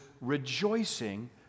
rejoicing